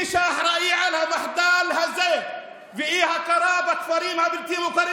מי שאחראי למחדל הזה ולאי-הכרה בכפרים הלא-מוכרים